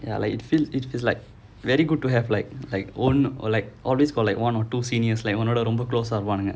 ya like you feel it is like very good to have like like own or like always got like one or two seniors like உன்னோட ரொம்ப:unnoda romba close ah இருப்பானுங்க:irupaanunga